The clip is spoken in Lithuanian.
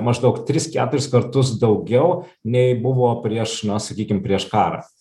maždaug tris keturis kartus daugiau nei buvo prieš na sakykim prieš karą